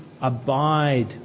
abide